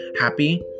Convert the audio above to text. happy